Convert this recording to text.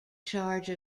charge